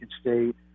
State